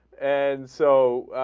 and so